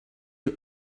you